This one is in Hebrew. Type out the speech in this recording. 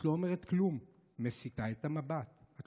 "את לא אומרת כלום / מסיטה את המבט / את